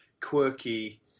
quirky